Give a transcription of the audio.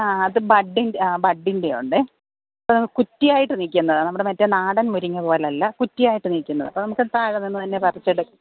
ആ അത് ബഡ്ഡിൻറെ ആ ബഡ്ഡിൻറെ ഉണ്ടേ അത് കുറ്റി ആയിട്ട് നിൽക്കുന്നതാണ് മറ്റേ നാടൻ മുരിങ്ങ പോലെ അല്ല കുറ്റി ആയിട്ട് നിൽക്കുന്നത് അത് നമുക്ക് താഴെ നിന്ന് തന്നെ പറിച്ചെടുക്കാം